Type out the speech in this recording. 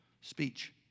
speech